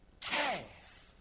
calf